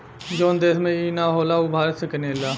जवन देश में ई ना होला उ भारत से किनेला